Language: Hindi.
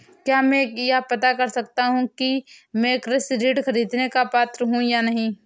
क्या मैं यह पता कर सकता हूँ कि मैं कृषि ऋण ख़रीदने का पात्र हूँ या नहीं?